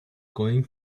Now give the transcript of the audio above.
going